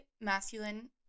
masculine